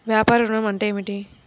వ్యాపార ఋణం అంటే ఏమిటి?